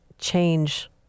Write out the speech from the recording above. change